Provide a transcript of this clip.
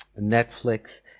Netflix